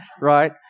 right